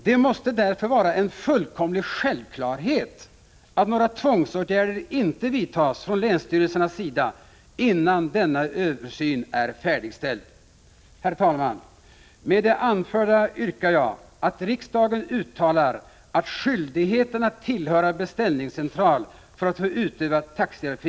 Det måste därför vara en fullkomlig självklarhet att några tvångsåtgärder inte vidtas från länsstyrelsernas sida innan denna översyn är färdigställd. Herr talman! Med det anförda yrkar jag bifall till det särskilda yrkande i